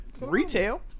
Retail